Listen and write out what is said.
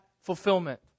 fulfillment